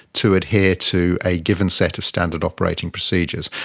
to adhere to a given set of standard operating procedures.